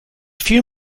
few